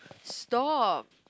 stop